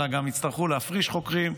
אלא גם יצטרכו להפריש חוקרים,